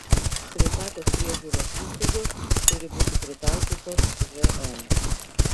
sveikatos priežiūros įstaigos turi būti pritaikytos žn